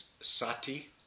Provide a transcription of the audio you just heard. sati